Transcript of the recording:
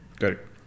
Correct